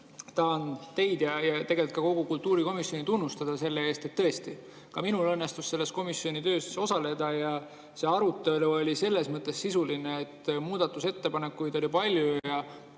tahan teid ja tegelikult ka kogu kultuurikomisjoni tunnustada selle eest, ka minul õnnestus komisjoni töös osaleda ja see arutelu oli selles mõttes sisuline, et muudatusettepanekuid oli palju ja